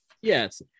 Yes